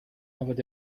nawet